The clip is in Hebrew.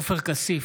עופר כסיף,